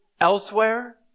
elsewhere